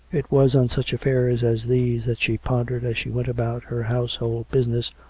it was on such affairs as these that she pondered as she went about her household business,